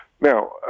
Now